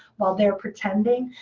while they're pretending.